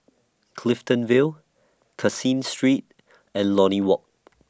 Clifton Vale Caseen Street and Lornie Walk